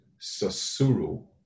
sasuru